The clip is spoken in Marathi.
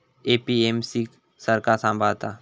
ए.पी.एम.सी क सरकार सांभाळता